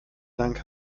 dank